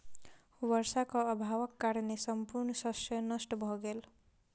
वर्षाक अभावक कारणेँ संपूर्ण शस्य नष्ट भ गेल